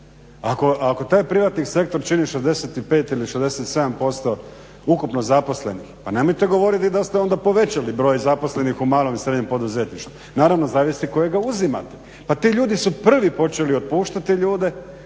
Ako taj privatni sektor čini 65 ili 67% ukupno zaposlenih pa nemojte govoriti da ste onda povećali broj zaposlenih u malom i srednjem poduzetništvu. Naravno, zavisi kojega uzimate. Pa ti ljudi su prvi počeli otpuštati ljude